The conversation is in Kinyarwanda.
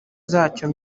zacyo